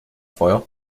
feuer